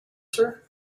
sir